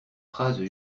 phrase